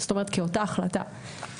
כאותה החלטה.